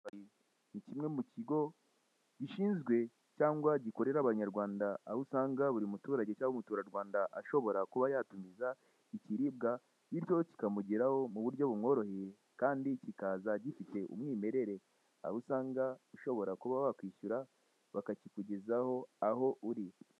Kimwe mu kigo gishinzwe cyangwa gikorera abanyarwanda aho usanga buri muturage cyangwa buri muturarwanda ashobora kuba yatumiza ikiribwa bityo kikamugeraho mu buryo bumworoheye kandi kikaza gifite umwimerere. Aho usanga ushobora kuba wakwishyura bakakikugezaho aho uri.